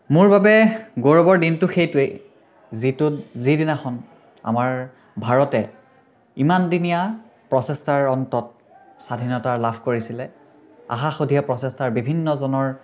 মোৰ বাবে গৌৰৱৰ দিনটো সেইটোৱেই যিটোত যিদিনাখন আমাৰ ভাৰতে ইমানদিনীয়া প্ৰচেষ্টাৰ অন্তত স্বাধীনতা লাভ কৰিছিলে আশাসুধীয়া প্ৰচেষ্টাৰ বিভিন্ন জনৰ